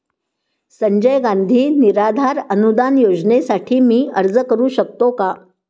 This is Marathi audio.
संजय गांधी निराधार अनुदान योजनेसाठी मी अर्ज करू शकते का?